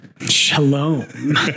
Shalom